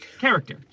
character